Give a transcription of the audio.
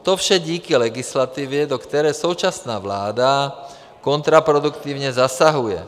To vše díky legislativě, do které současná vláda kontraproduktivně zasahuje.